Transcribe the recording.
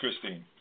Christine